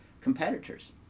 competitors